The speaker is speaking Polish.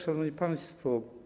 Szanowni Państwo!